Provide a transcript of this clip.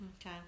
Okay